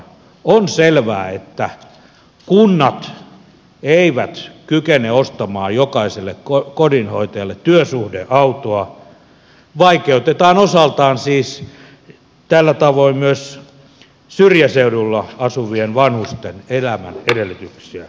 on selvää että kunnat eivät kykene ostamaan jokaiselle kodinhoitajalle työsuhdeautoa vaikeutetaan osaltaan siis tällä tavoin myös syrjäseudulla asuvien vanhusten elämän edellytyksiä